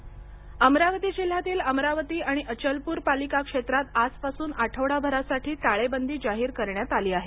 अमरावती अमरावती जिल्ह्यातील अमरावती आणि अचलप्र पालिका क्षेत्रात आजपासून आठवडाभरासाठी टाळेबंदी जाहीर करण्यात आली आहे